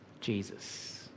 Jesus